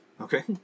Okay